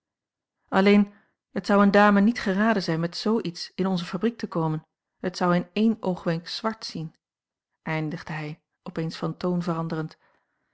alleen het zou eene dame niet geraden zijn met zoo iets in onze fabriek te komen het zou in één oogwenk zwart zien eindigde hij opeens van toon veranderend